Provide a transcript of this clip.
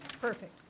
Perfect